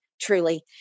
truly